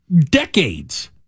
decades